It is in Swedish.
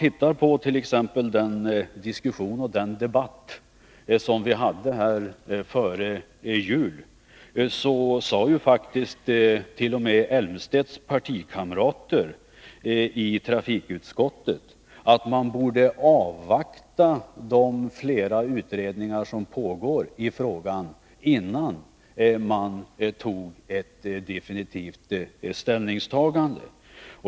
I den riksdagsdebatt som vi förde före jul sade faktiskt t.o.m. herr Elmstedts partikamrater i trafikutskottet att man borde avvakta de utredningar som pågår i frågan, innan man gjorde ett definitivt ställningstagande.